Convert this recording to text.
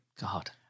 God